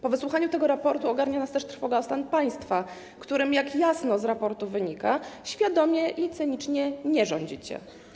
Po wysłuchaniu tego raportu ogarnia nas też trwoga o stan państwa, którym - jak jasno z raportu wynika - świadomie i cynicznie nie rządzicie.